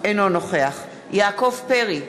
אינו נוכח יעקב פרי,